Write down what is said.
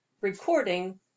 Recording